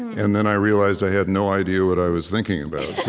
and then i realized i had no idea what i was thinking about